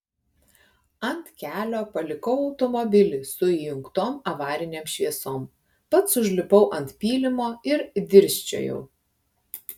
ant kelio palikau automobilį su įjungtom avarinėm šviesom pats užlipau ant pylimo ir dirsčiojau